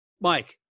Mike